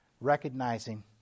Recognizing